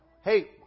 hey